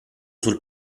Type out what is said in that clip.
sul